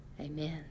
Amen